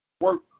work